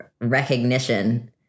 recognition